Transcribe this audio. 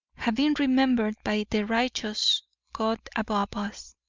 have been remembered by the righteous god above us.